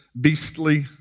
beastly